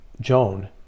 Joan